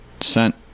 sent